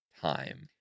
time